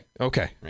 Okay